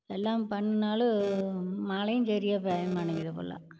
எல்லாம் பண்ணுனாலும் மலையும் சரியா பெய்ய மாட்டேங்குது இப்போல்லாம்